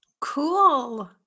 Cool